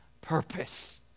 purpose